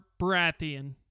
Baratheon